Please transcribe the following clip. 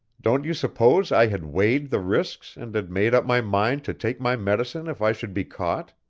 don't you suppose i had weighed the risks and had made up my mind to take my medicine if i should be caught?